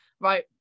right